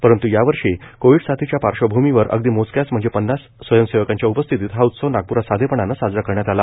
परंत् या वर्षी कोविड साथीच्या पार्श्वभूमीवर अगदी मोजक्याच म्हणजे पन्नास स्वयंसेवकांच्या उपस्थित हा उत्सव नागपूरात साधेपणाने साजरा करण्यात आला